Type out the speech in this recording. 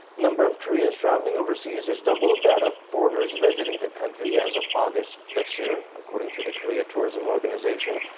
number of koreans traveling overseas is double that of the foreigners visiting the country. as of august this year. according to the korea tourism organization,